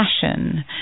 passion